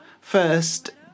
first